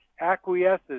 acquiesces